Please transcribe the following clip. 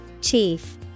Chief